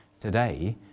today